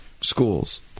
schools